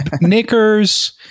knickers